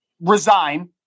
resign